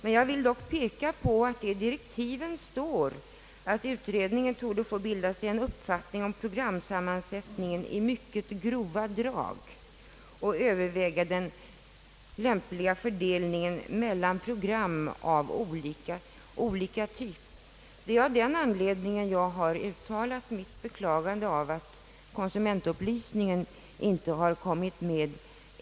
Men i direktiven står att utredningen torde få bilda sig en uppfattning om programsammansättningen i mycket grova drag och överväga den lämpliga fördelningen mellan program av olika typ. Det är av den anledningen jag har uttalat mitt beklagande av att konsumentupplysningen inte har kommit med.